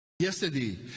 Yesterday